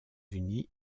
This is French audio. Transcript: unies